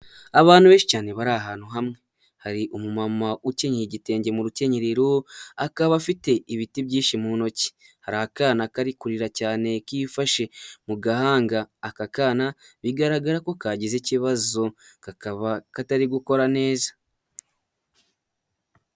Abantu benshi cyane bari ahantu hamwe hari umumama ukenyeye igitenge mu rukenyerero, akaba afite ibiti byinshi mu ntoki, hari akana kari kurira cyane kifashe mu gahanga, aka kana bigaragara ko kagize ikibazo kakaba katari gukora neza.